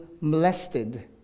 molested